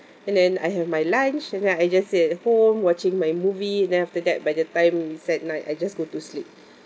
and then I have my lunch and then I just stay at home watching my movie then after that by the time it's at night I just go to sleep